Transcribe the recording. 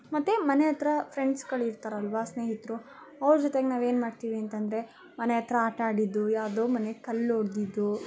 ಮತ್ತೆ ಮನೆ ಹತ್ರ ಫ್ರೆಂಡ್ಸ್ಗಳಿರ್ತಾರಲ್ವಾ ಸ್ನೇಹಿತರು ಅವ್ರ ಜೊತೆಗೆ ನಾವೇನು ಮಾಡ್ತೀವಿ ಅಂತಂದರೆ ಮನೆ ಹತ್ರ ಆಟ ಆಡಿದ್ದು ಯಾವುದೋ ಮನೆಗೆ ಕಲ್ಲು ಹೊಡ್ದಿದ್ದು